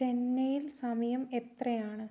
ചെന്നൈയിൽ സമയം എത്രയാണ്